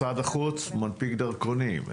משרד החוץ מנפיק דרכונים.